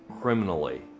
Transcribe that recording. criminally